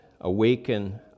awaken